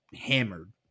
hammered